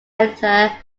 editor